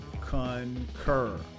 concur